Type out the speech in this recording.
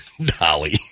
Dolly